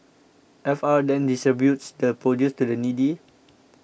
F R then distributes the produce to the needy